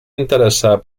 interessar